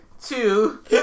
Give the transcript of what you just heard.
Two